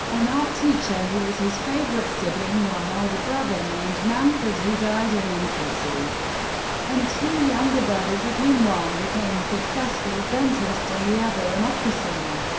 an art teacher who was his favorite sibling, one older brother named manfred who died in infancy and two younger brothers, of whom one became a successful dentist and the other an opera singer.